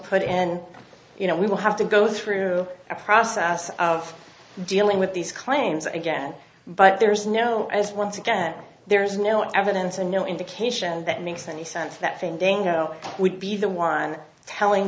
put in you know we will have to go through a process of dealing with these claims again but there is no as once again there is no evidence and no indication that makes any sense that same day no would be the one telling